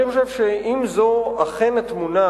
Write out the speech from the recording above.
אני חושב שאם זו אכן התמונה,